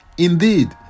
Indeed